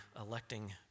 electing